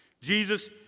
Jesus